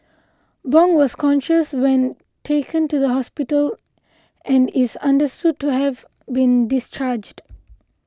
bong was conscious when taken to hospital and is understood to have been discharged